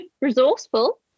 resourceful